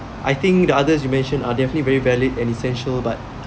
I think the others you mentioned are definitely very valid and essential but